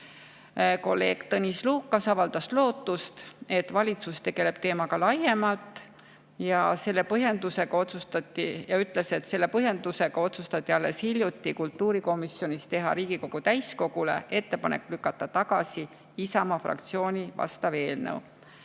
Kolleeg Tõnis Lukas avaldas lootust, et valitsus tegeleb teemaga laiemalt, ja ütles, et selle põhjendusega otsustati alles hiljuti kultuurikomisjonis teha Riigikogu täiskogule ettepanek lükata tagasi Isamaa fraktsiooni vastav eelnõu